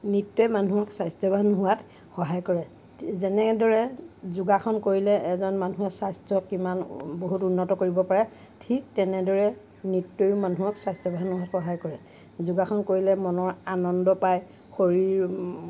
নৃত্যই মানুহক স্বাস্থ্যৱান হোৱাত সহায় কৰে যেনেদৰে যোগাসন কৰিলে এজন মানুহ স্বাস্থ্য কিমান বহুত উন্নত কৰিব পাৰে ঠিক তেনেদৰে নৃত্যও মানুহক স্বাস্থ্যৱান হোৱাত সহায় কৰে যোগাসন কৰিলে মনৰ আনন্দ পায় শৰীৰ